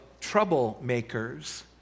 troublemakers